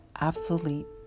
obsolete